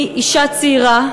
היא אישה צעירה,